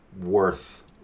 worth